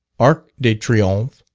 arc de triomphe